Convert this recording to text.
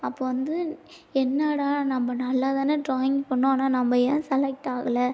அப்போ வந்து என்னடா நம்ம நல்லாதானே ட்ராயிங் பண்னோம் ஆனால் நம்ம ஏன் செலக்ட் ஆகலை